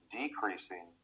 decreasing